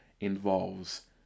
involves